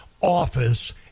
office